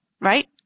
Right